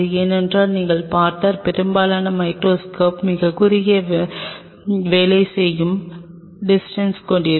ஏனென்றால் நீங்கள் பார்த்தால் பெரும்பாலான மைகிரோஸ்கோப் மிகக் குறுகிய வேலை செய்யும் டிஸ்டன்ஸ்ஸை கொண்டிருக்கும்